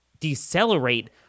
decelerate